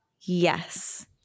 yes